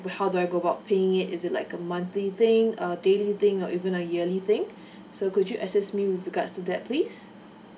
how do I go about paying it is it like a monthly thing a daily thing or even a yearly thing so could you assist me with regard to that please